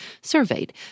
surveyed